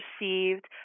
received